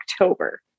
October